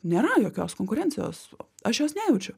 nėra jokios konkurencijos aš jos nejaučiu